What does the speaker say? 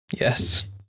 Yes